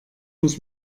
muss